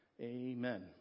amen